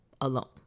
alone